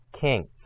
king